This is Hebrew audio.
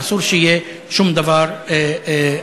אסור שיהיה שום דבר אחר.